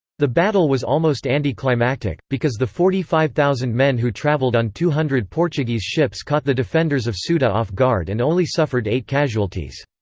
the battle was almost anti-climactic, because the forty five thousand men who traveled on two hundred portuguese ships caught the defenders of ceuta off guard and only suffered eight casualties.